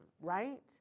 Right